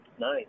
Nice